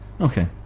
Okay